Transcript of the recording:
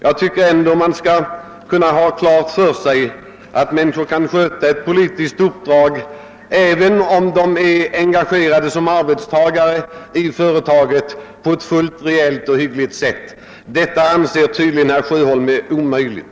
Jag tycker ändå att man skall ha klart för sig att personer kan sköta ett politiskt uppdrag, även om de är engagerade som arbetstagare i ett visst företag, på ett fullt reellt och hyggligt sätt. Detta anser tydligen herr Sjöholm vara omöjligt.